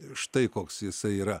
štai koks jisai yra